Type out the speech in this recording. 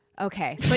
Okay